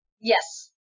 Yes